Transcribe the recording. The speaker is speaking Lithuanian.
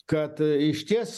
kad išties